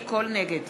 נגד